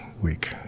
week